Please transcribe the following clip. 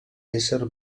ésser